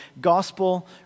Gospel